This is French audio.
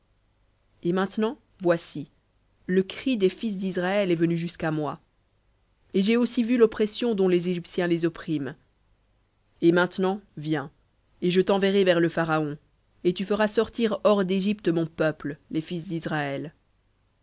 et maintenant voici le cri des fils d'israël est venu jusqu'à moi et j'ai aussi vu l'oppression dont les égyptiens les oppriment et maintenant viens et je t'enverrai vers le pharaon et tu feras sortir hors d'égypte mon peuple les fils d'israël